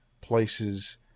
places